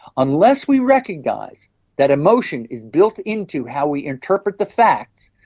unless we recognise that emotion is built into how we interpret the facts,